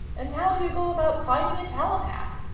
and how do you go about finding a telepath?